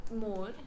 more